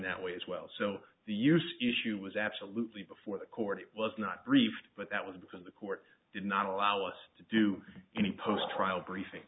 that way as well so the use issue was absolutely before the court it was not briefed but that was because the court did not allow us to do any post trial briefing